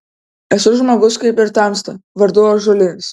esu žmogus kaip ir tamsta vardu ąžuolinis